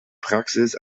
praxis